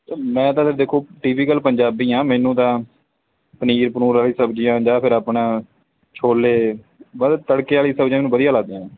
ਮੈਂ ਤਾਂ ਫਿਰ ਦੇਖੋ ਟੀਪੀਕਲ ਪੰਜਾਬੀ ਹਾਂ ਮੈਨੂੰ ਤਾਂ ਪਨੀਰ ਪਨੂਰ ਵਾਲੀ ਸਬਜ਼ੀਆਂ ਜਾਂ ਫਿਰ ਆਪਣਾ ਛੋਲੇ ਬਸ ਤੜਕੇ ਵਾਲੀ ਸਬਜ਼ੀਆਂ ਮੈਨੂੰ ਵਧੀਆ ਲੱਗਦੀਆਂ